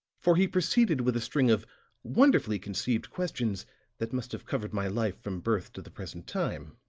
for he proceeded with a string of wonderfully conceived questions that must have covered my life from birth to the present time.